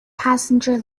passenger